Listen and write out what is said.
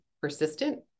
persistent